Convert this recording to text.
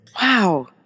Wow